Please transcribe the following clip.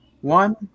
one